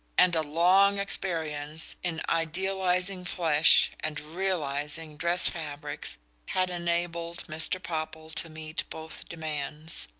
and a long experience in idealizing flesh and realizing dress-fabrics had enabled mr. popple to meet both demands.